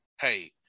Hey